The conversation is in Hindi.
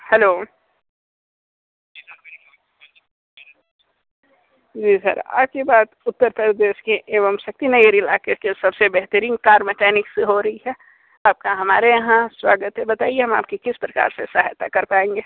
हैलो जी सर आपकी बात उत्तर प्रदेश के एवं शक्ति नगर इलाके के सबसे बेहतरीन कार मैकेनिक से हो रही है आपका हमारे यहाँ स्वागत है बताइए हम आपकी किस प्रकार से सहायता कर पाएंगे